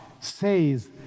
says